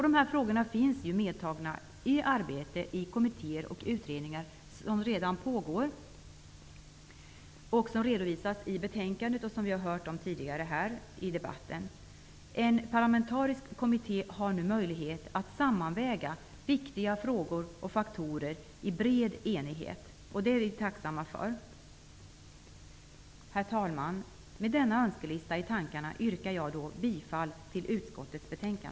De här frågorna tas upp i kommittéer och utredningar som redan pågår, som redovisas i betänkandet och som också har nämnts tidigare i debatten. En parlamentarisk kommitté har nu möjlighet att i bred enighet sammanväga viktiga frågor och faktorer, och det är vi tacksamma för. Herr talman! Med denna önskelista i tankarna yrkar jag bifall till utskottets hemställan.